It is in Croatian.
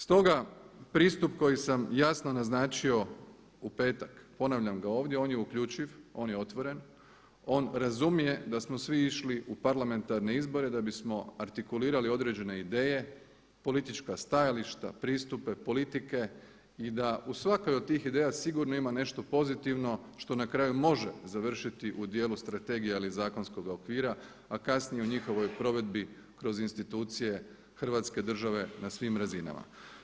Stoga pristup koji sam jasno naglasio u petak, ponavljam ga ovdje, on je ukuljčiv, on je otvoren, on razumije da smo svi išli u parlamentarne izbore da bismo artikulirali određene ideje, politička stajališta, pristupe politike i da u svakoj od tih ideja sigurno ima nešto pozitivno što na kraju može završiti u dijelu strategije ili zakonskoga a kasnije u njihovoj provedbi kroz institucije hrvatske države na svim razinama.